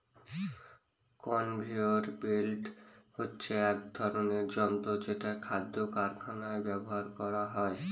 conveyor belt হচ্ছে এক ধরনের যন্ত্র যেটা খাদ্য কারখানায় ব্যবহার করা হয়